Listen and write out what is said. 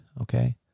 okay